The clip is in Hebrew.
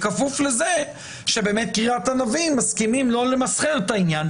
בכפוף לזה שבאמת קריית ענבים מסכימים לא למסחר את העניין?